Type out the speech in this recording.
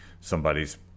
somebody's